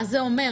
מה זה אומר?